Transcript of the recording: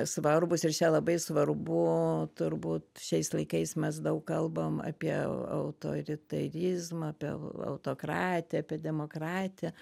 svarbūs ir čia labai svarbu turbūt šiais laikais mes daug kalbam apie autoritarizmą apie autokratiją apie demokratiją